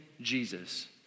Jesus